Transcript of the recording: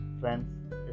friends